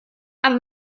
aber